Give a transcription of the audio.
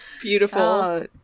Beautiful